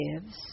gives